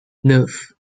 neuf